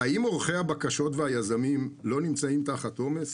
האם עורכי הבקשות והיזמים לא נמצאים תחת עומס?